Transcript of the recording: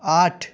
آٹھ